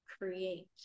create